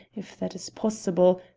if that is possible,